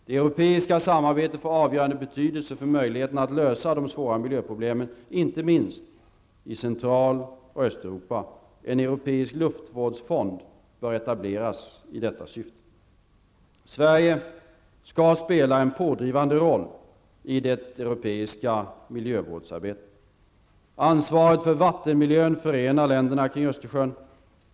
Det europeiska samarbetet får avgörande betydelse för möjligheten att lösa de svåra miljöproblemen, inte minst i Central och Östeuropa. En europeisk luftvårdsfond bör etableras i detta syfte. Sverige skall spela en pådrivande roll i det europeiska miljövårdsarbetet. Ansvaret för vattenmiljön förenar länderna kring Östersjön.